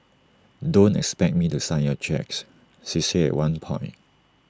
don't expect me to sign your cheques she said at one point